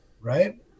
right